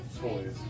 toys